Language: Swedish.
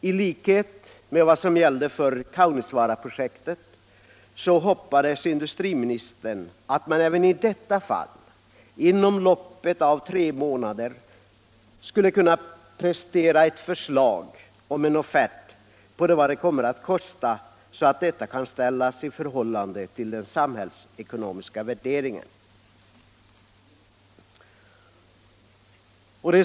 I likhet med vad som gällde för Kaunisvaaraprojektet hoppades industriministern att man även i detta fall, inom loppet av tre månader, skulle kunna prestera ett förslag om en offert på vad det kommer att kosta, så att detta kunde ställas i förhållande till den samhällsekonomiska värderingen.